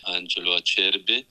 andželo ačerbi